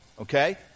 okay